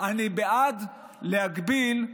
אני בעד להגביל,